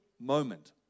moment